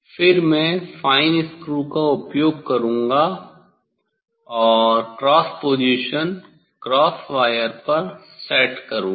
फिर मैं fine screw का उपयोग करूँगा और क्रॉस पोजीशन क्रॉस वायर पर सेट करूँगा